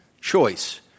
choice